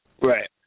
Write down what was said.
Right